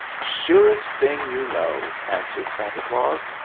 surest thing you know! answered santa claus,